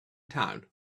town